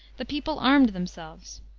the people armed themselves.